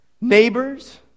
neighbors